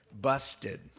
busted